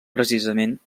precisament